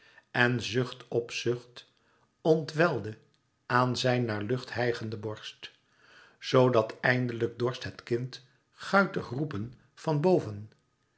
en zucht op zucht ontwelde aan zijn naar lucht hijgende borst zoo dat eindelijk dorst het kind guitig roepen van boven